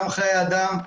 גם חיי אדם,